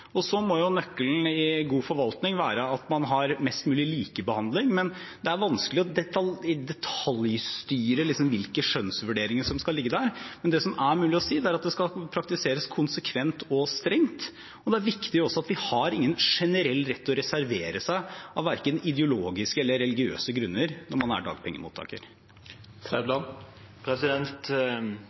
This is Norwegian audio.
Så må jo nøkkelen i god forvaltning være at man har mest mulig likebehandling. Det er vanskelig å detaljstyre hvilke skjønnsvurderinger som skal ligge der, men det som er mulig å si, er at det skal praktiseres konsekvent og strengt, og det er også viktig at man ikke har en generell rett til å reservere seg verken av ideologiske eller av religiøse grunner når man er